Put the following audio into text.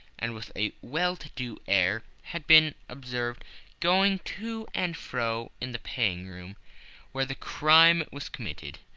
and with a well-to-do air, had been observed going to and fro in the paying room where the crime was committed.